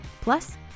Plus